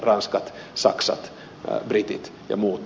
ranska saksa britit ja muut